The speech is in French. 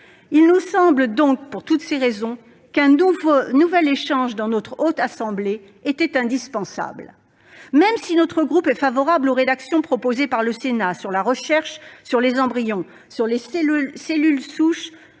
des gamètes. Pour toutes ces raisons, il nous semble qu'un nouvel échange dans notre Haute Assemblée était indispensable. Même si le groupe CRCE est favorable aux rédactions proposées par le Sénat sur la recherche sur les embryons, sur les cellules souches